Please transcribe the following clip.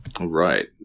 Right